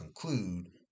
conclude